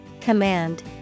Command